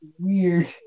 weird